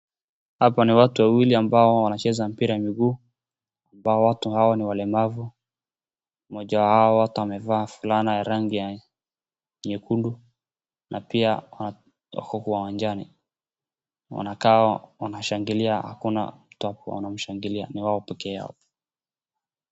Hapa ni watu wawili ambao wanacheza mipira ya miguu ambao watu hawa ni walemavu. Mmoja wa hawa watu amevaa fulana ya rangi ya nyekundu na pia kuna wakubwa uwanjani, wanakaa wanashangilia hakuna mtu hapo wanamshangilia ni wao peke yao.